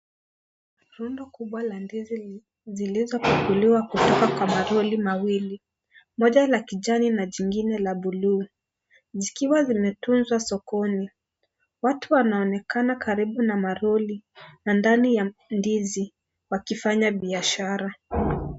Rundo kubwa la ndizi zilizofunguliwa kutoka kwa malori mawili. Moja la kijani na jingine la bluu. Zikiwa zimetunzwa sokoni. Watu wanaonekana karibu na malori, na ndani ya ndizi wakifanya biashara.